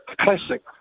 classic